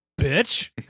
bitch